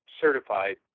certified